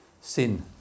sin